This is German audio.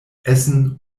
essen